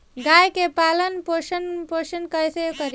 गाय के पालन पोषण पोषण कैसे करी?